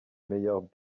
meilleurs